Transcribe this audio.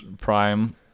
prime